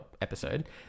episode